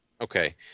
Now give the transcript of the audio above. okay